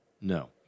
No